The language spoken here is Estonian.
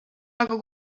aga